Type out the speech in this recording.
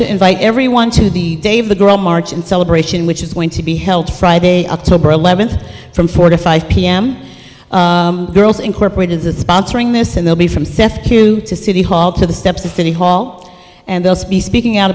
to invite everyone to the day of the girl march in celebration which is going to be held friday october eleventh from four to five p m girls incorporated the sponsoring this and they'll be from south to city hall to the steps of city hall and they'll be speaking out